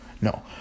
no